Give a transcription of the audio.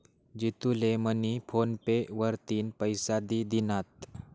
जितू ले मनी PhonePe वरतीन पैसा दि दिनात